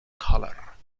color